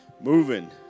moving